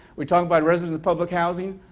we're talking about residents of public housing,